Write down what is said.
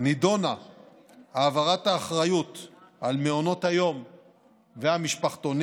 נדונה העברת האחריות למעונות היום והמשפחתונים